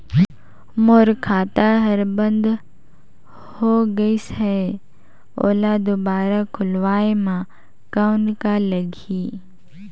मोर खाता हर बंद हो गाईस है ओला दुबारा खोलवाय म कौन का लगही?